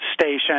station